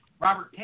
Robert